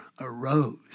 arose